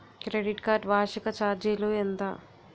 Credit card వార్షిక ఛార్జీలు ఎంత?